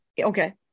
okay